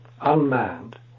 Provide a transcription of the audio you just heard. unmanned